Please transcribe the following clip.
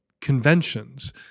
conventions